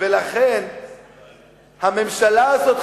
ולכן הממשלה הזאת,